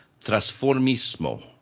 transformismo